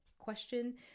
question